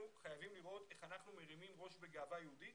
חייבים לראות איך אנחנו מרימים ראש בגאווה יהודית